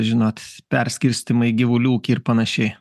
žinot perskirstymai gyvulių ūkiai ir panašiai